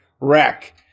Wreck